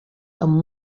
amb